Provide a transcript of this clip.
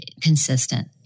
consistent